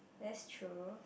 that's true